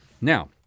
Now